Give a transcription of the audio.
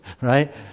right